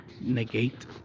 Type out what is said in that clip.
negate